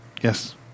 yes